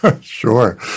Sure